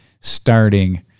starting